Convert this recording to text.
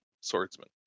swordsman